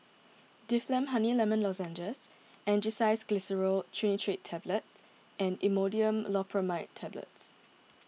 Difflam Honey Lemon Lozenges Angised Glyceryl Trinitrate Tablets and Imodium Loperamide Tablets